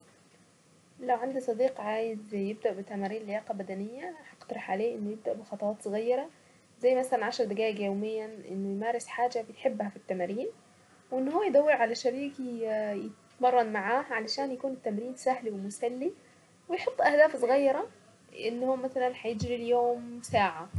.لو عندي صديق عايز يبدأ بتمارين لياقة بدنية هقترح عليه انه يبدأ بخطوات صغيرة .زي مثلا عشر دقايق يوميا انه يمارس حاجة بيحبها في التمارين .وان هو يدور على شريك يتمرن معاه علشان يكون التمرين سهل ومسلي. ويحط اهداف صغيره أن هو مثلا حيجري اليوم ساعة